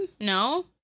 No